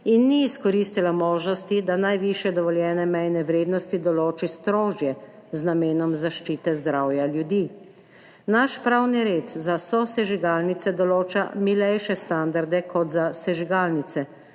in ni izkoristila možnosti, da najvišje dovoljene mejne vrednosti določi strožje, z namenom zaščite zdravja ljudi. Naš pravni red za sosežigalnice določa milejše standarde kot za sežigalnice.